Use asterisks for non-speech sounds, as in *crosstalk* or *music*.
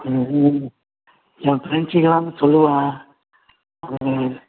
*unintelligible* என் ஃப்ரெண்ட்ஸுக்கெல்லாம் சொல்லுவ அதுக்கு நீங்கள்